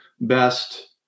best